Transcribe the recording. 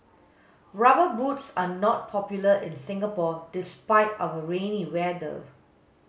rubber boots are not popular in Singapore despite our rainy weather